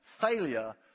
failure